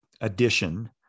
addition